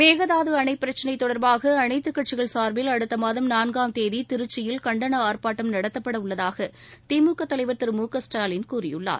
மேகதாதுஅணைப் பிரச்சினைதொடர்பாகஅனைத்துக் கட்சிகள் சார்பில் அடுத்தமாதம் நான்காம் தேதிதிருச்சியில் கண்டனஆர்ப்பாட்டம் நடத்தப்படஉள்ளதாகதிமுகதலைவர் திரு மு க ஸ்டாலின் கூறியுள்ளார்